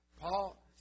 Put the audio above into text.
Paul